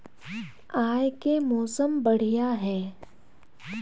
आय के मौसम बढ़िया है?